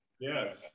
Yes